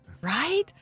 right